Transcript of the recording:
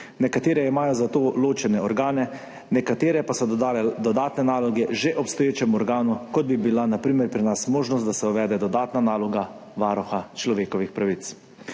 Nekatere imajo za to ločene organe, nekatere pa so dodale dodatne naloge že obstoječemu organu, kot bi bila na primer pri nas možnost, da se uvede dodatna naloga Varuha človekovih pravic.